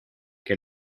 que